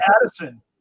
Addison